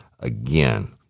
Again